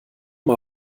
mal